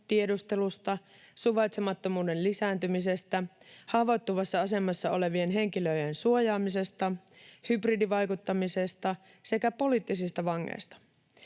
tiedustelusta, suvaitsemattomuuden lisääntymisestä, haavoittuvassa asemassa olevien henkilöiden suojaamisesta, hybridivaikuttamisesta sekä poliittisista vangeista.